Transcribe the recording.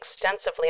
extensively